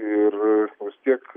ir kiek